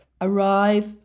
arrive